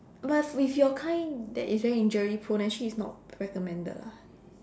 but with your kind that is very injury prone actually it's not recommended lah